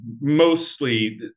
mostly